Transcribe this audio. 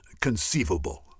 conceivable